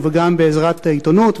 וגם בעזרת העיתונות,